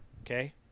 okay